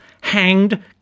hanged